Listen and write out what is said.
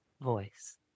voice